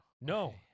no